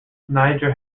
niger